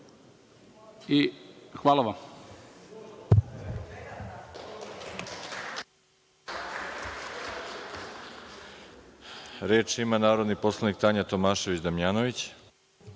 i hvala vam.